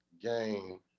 game